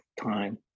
time